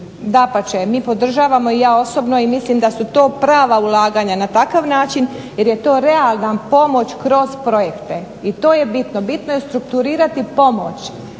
dapače mi podržavamo i ja osobno i mislim da su to prava ulaganja na takav način jer je to realna pomoć kroz projekte i to je bitno. Bitno je strukturirati pomoć